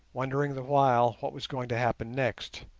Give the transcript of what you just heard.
wondering the while what was going to happen next.